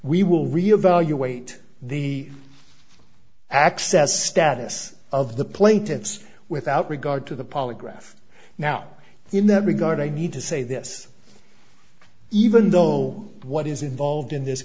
we will real value weight the access status of the plaintiffs without regard to the polygraph now in that regard i need to say this even though what is involved in this